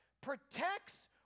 protects